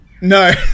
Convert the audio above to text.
No